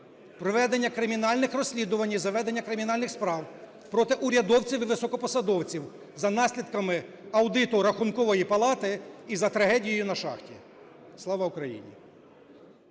проведення кримінальних розслідувань і заведення кримінальних справ проти урядовців і високопосадовців за наслідками аудиту Рахункової палати і за трагедію на шахті. Слава Україні!